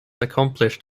accomplished